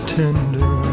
tender